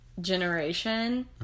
generation